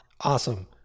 awesome